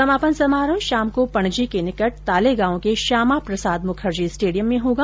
समापन समारोह शाम को पणजी के निकट तालेगांव के श्यामा प्रसाद मुखर्जी स्टेडियम में होगा